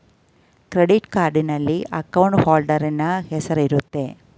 credit ಕಾರ್ಡ್ನಲ್ಲಿ account holder ನ ಹೆಸರಿರುತ್ತೆ